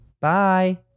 Bye